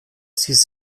sich